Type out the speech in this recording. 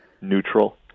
neutral